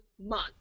month